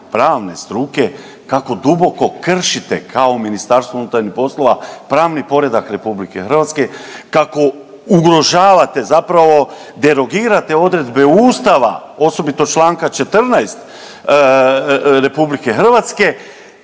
pravne struke kako duboko kršite, kao Ministarstvo unutarnjih poslova pravni poredak RH, kako ugrožavate zapravo, derogirate odredbe Ustava, osobito čl. 14 RH,